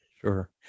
Sure